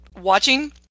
watching